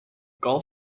golf